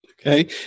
Okay